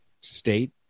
state